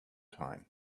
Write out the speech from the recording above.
time